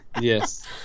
Yes